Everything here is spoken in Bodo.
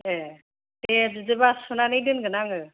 दे बिदिब्ला सुनानै दोनगोन आङो